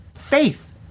faith